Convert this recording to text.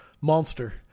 monster